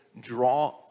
draw